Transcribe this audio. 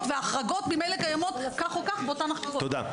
וההחרגות במילא קיימות כך או כך באותן --- תודה.